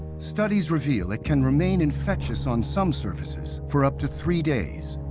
studies reveal it can remain infectious on some surfaces for up to three days,